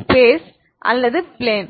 space அல்லது plane